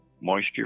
moisture